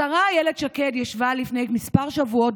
השרה אילת שקד ישבה לפני כמה שבועות